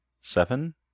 seven